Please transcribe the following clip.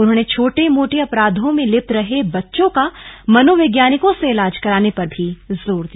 उन्होंने छोटे मोटे अपराधों में लिप्त रहे बच्चों की मनोवैज्ञानिकों से इलाज कराने पर जोर दिया